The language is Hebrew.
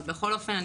בכל אופן,